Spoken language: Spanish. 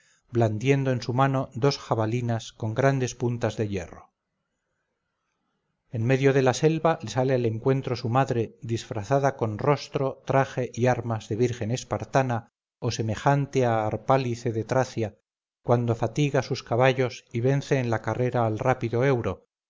blandiendo en su mano dos jabalinas con grandes puntas de hierro en medio de la selva le sale al encuentro su madre disfrazada con rostro traje y armas de virgen espartana o semejante a harpálice de tracia cuando fatiga sus caballos y vence en la carrera al rápido euro